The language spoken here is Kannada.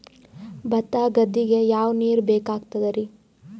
ಭತ್ತ ಗದ್ದಿಗ ಯಾವ ನೀರ್ ಬೇಕಾಗತದರೀ?